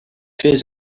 fes